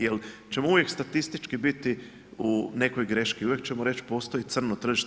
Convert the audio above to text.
Jer ćemo uvijek statistički biti u nekoj greški, uvijek ćemo reći postoji crno tržište.